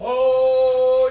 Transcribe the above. oh